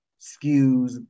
skews